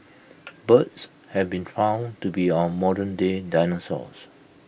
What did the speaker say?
birds have been found to be our modernday dinosaurs